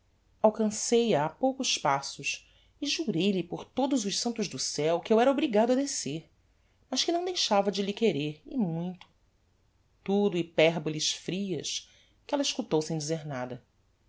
alcancei a a poucos passos e jurei lhe por todos os santos do ceu que eu era obrigado a descer mas que não deixava de lhe querer e muito tudo hyperboles frias que ella escutou sem dizer nada